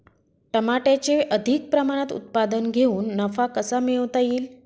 टमाट्याचे अधिक प्रमाणात उत्पादन घेऊन नफा कसा मिळवता येईल?